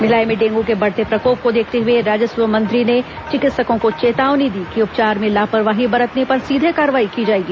भिलाई में डेंगू के बढ़ते प्रकोप को देखते हुए राजस्व मंत्री ने चिकित्सकों को चेतावनी दी कि उपचार में लापरवाही बरतने पर सीधे कार्रवाई की जाएगी